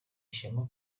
ishema